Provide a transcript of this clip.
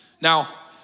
Now